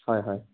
হয় হয়